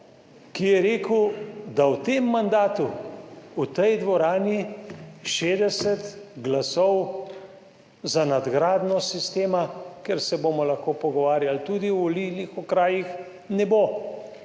ki je rekel, da v tem mandatu v tej dvorani 60 glasov za nadgradnjo sistema, kjer se bomo lahko pogovarjali tudi o volilnih okrajih, ne bo.